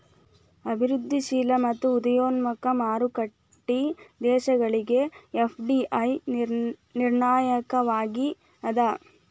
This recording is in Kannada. ಅಭಿವೃದ್ಧಿಶೇಲ ಮತ್ತ ಉದಯೋನ್ಮುಖ ಮಾರುಕಟ್ಟಿ ದೇಶಗಳಿಗೆ ಎಫ್.ಡಿ.ಐ ನಿರ್ಣಾಯಕವಾಗಿ ಅದ